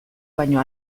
baino